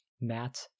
Matt